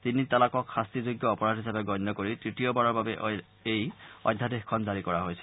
তিনি তালাকক শাস্তিযোগ্য অপৰাধ হিচাপে গণ্য কৰি তৃতীয়বাৰৰ বাবে এই অধ্যাদেশখন জাৰি কৰা হৈছিল